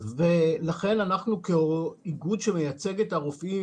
לכן אנחנו כאיגוד שמייצג את הרופאים